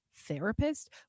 therapist